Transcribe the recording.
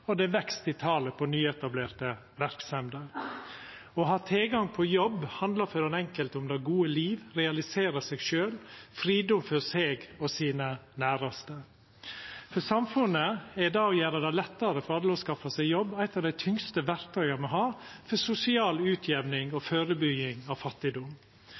og det er vekst i talet på nyetablerte verksemder. Å ha tilgang på jobb handlar for den enkelte om det gode liv, om å realisera seg sjølv og om fridom for seg og sine næraste. For samfunnet er det å gjera det lettare for alle å skaffa seg jobb eitt av dei tyngste verktøya me har for sosial utjamning og førebygging av fattigdom.